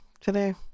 today